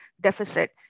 deficit